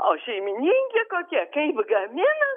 o šeimininkė kokia kaip gamina